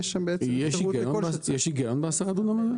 שיש שם בעצם --- יש היגיון ב-10 דונם?